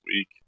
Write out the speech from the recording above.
week